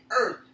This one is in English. earth